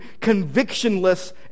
convictionless